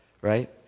right